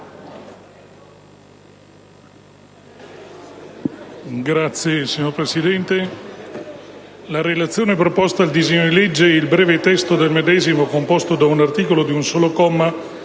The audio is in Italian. la relazione proposta al disegno di legge e il breve testo del medesimo, composto da un articolo di un solo comma,